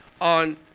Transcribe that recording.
on